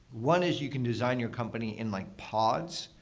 one is you can design your company in like pods.